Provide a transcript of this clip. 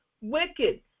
wicked